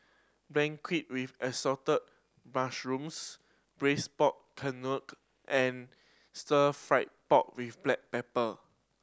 beancurd with Assorted Mushrooms Braised Pork Knuckle and Stir Fry pork with black pepper